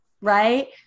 right